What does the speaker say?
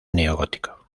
neogótico